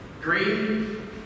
green